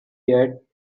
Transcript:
yet